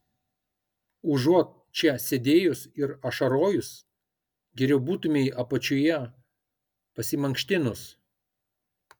užuot čia sėdėjus ir ašarojus geriau būtumei apačioje pasimankštinus